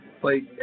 play